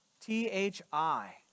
T-H-I